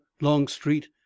longstreet